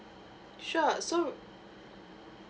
sure so